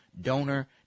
Donor